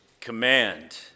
command